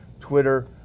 Twitter